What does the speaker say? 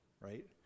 right